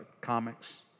comics